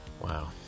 Wow